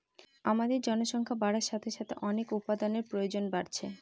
আমাদের জনসংখ্যা বাড়ার সাথে সাথে অনেক উপাদানের প্রয়োজন বাড়ছে